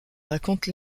racontent